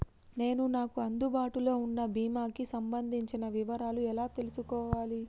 నేను నాకు అందుబాటులో ఉన్న బీమా కి సంబంధించిన వివరాలు ఎలా తెలుసుకోవాలి?